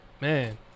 man